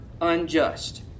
unjust